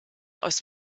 aus